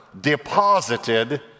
deposited